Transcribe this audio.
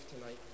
tonight